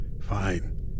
Fine